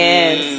Yes